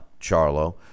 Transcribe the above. Charlo